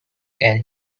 and